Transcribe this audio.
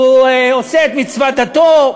הוא עושה את מצוות דתו.